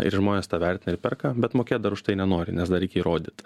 ir žmonės tą vertina ir perka bet mokėt dar už tai nenori nes dar reikia įrodyt